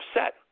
upset